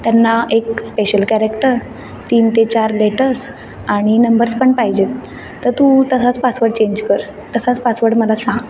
त्यांना एक special character तीन ते चार लेटर्स आणि नंबर्स पण पाहिजेत तर तू तसाच पासवर्ड चेंज कर तसाच पासवर्ड मला सांग